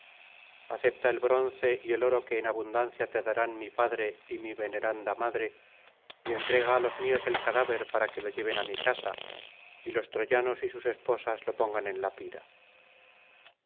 acepta el bronce y el'oro que en abundancia te darán mi padre y mi veneranda madre y entrega á los míos el cadáver para que lo lleven á mi casa y los troyanos y sus esposas lo pongan en la pira